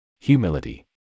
humility